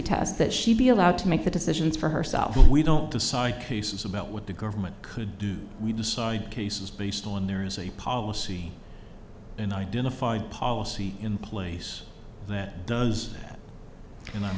that she be allowed to make the decisions for herself and we don't decide cases about what the government could do we decide cases based on there is a policy and identified policy in place that does and i'm